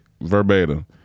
verbatim